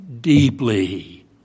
deeply